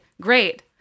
great